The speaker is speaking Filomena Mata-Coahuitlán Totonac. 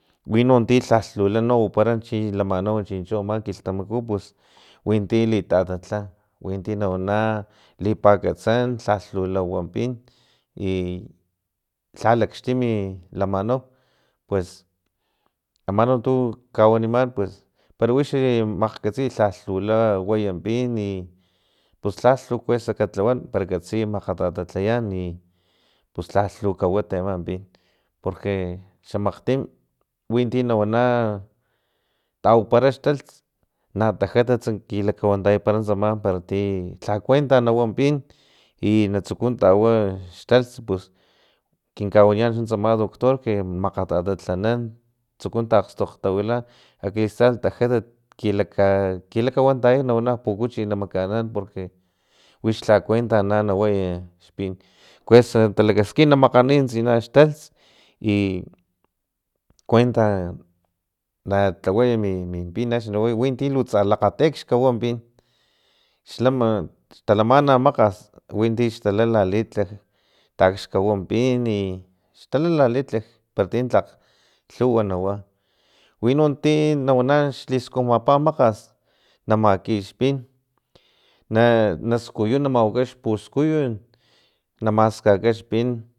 Wino ti lhalh lula no wapara chi lamanau ama kilhtamaku pus winti litatatla winti na wana lipakatsan lhal lula tawan pin i lha lakxtim i lamanau pues ama no tu kawaniman pues pero wixi makgkatsiy lhalhlu la waya pin i pus lhalh lu kuesa ka lhawan pero katsiy kuesa makgatatlayan pus lhalh lu kawat tsama pin porque xamakgtin winti na wana tawapara xtalts na tajatat kilakawantayapara no tsama para ti lha kuenta la lhawa wa pin i na tsuku tawa xtalts pus kinkawaniyan tsama doctor que makgatatatalnan tsuku takgstoytawila akalistal tajatat kilaka kilakawntaya nak pukuchin na makaanan porque wix la kuenta na tlaway xpin kuesa talakaskin namakganiy tsina xtaltsi kuenta na tlaway min pin axni naway winti tsa lakgati axni xkawa pin xama talamana ama makgas minti xtala lalilitlaj taxkawam pin i xtala lalitlaj para ti tlak lhuwa na wa wino ti nawana xliskujmapa makgas namaki xpin na naskuyu na mawaka xpuskuyun namaskaka xpin